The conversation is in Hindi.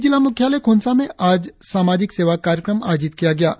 तिरप जिला मुख्यालय खोंसा में आज सामाजिक सेवा कार्यक्रम आयोजित किया गया